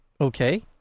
Okay